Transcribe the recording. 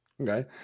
Okay